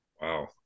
wow